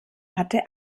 hatte